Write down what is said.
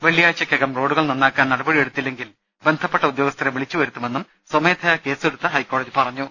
വെള്ളിയാഴ്ചയ്ക്കകം റോഡുകൾ നന്നാക്കാൻ നടപടി യെടുത്തില്ലെങ്കിൽ ബന്ധപ്പെട്ട ഉദ്യോഗസ്ഥരെ വിളിച്ചു വരൂത്തുമെന്നും സ്വമേധയാ കേസെടുത്ത ഹൈക്കോടതി പറഞ്ഞു